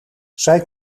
zij